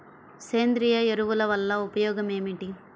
సేంద్రీయ ఎరువుల వల్ల ఉపయోగమేమిటీ?